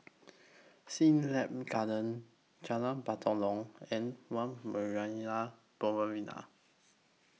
Siglap Gardens Jalan Batalong and one Marina